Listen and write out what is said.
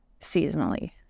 seasonally